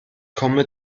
komme